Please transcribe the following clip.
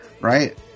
right